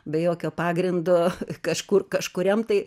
be jokio pagrindo kažkur kažkuriam tai